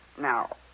Now